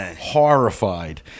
horrified